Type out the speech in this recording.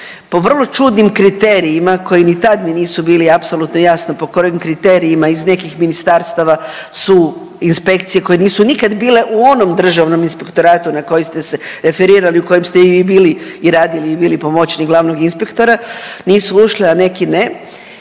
po vrlo čudnim kriterijima koji ni tad mi nisu bili apsolutno jasno po kojim kriterijima iz nekih ministarstava su inspekcije koje nisu nikad bile u onom državnom inspektoratu na koji ste se referirali, u kojem ste i vi bili i radili i bili pomoćnik glavnog inspektora nisu ušle, a neki ne